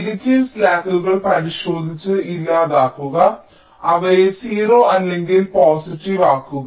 negative സ്ലാക്കുകൾ പരിശോധിച്ച് ഇല്ലാതാക്കുക അവയെ 0 അല്ലെങ്കിൽ പോസിറ്റീവ് ആക്കുക